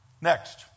Next